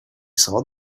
saw